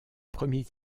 premier